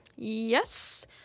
Yes